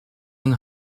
een